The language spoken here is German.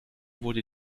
wurde